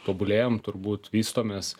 tobulėjam turbūt vystomės